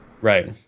Right